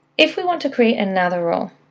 if we want to create another rule,